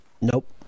Nope